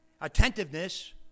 Attentiveness